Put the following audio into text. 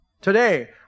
today